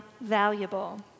valuable